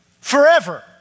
forever